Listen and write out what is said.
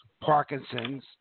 Parkinson's